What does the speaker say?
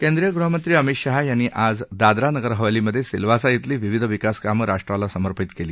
केंद्रीय गृहमंत्री अमित शाह यांनी आज दादरा नगरहवेलीमध्ये सिल्वासा श्विली विविध विकास कामं राष्ट्राला समर्पित केली